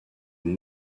une